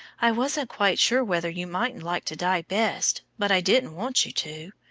i wasn't quite sure whether you mightn't like to die best, but i didn't want you to.